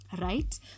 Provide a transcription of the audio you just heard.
right